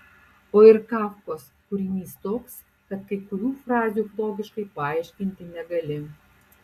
o ir kafkos kūrinys toks kad kai kurių frazių logiškai paaiškinti negali